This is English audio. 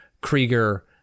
Krieger